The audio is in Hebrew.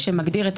זה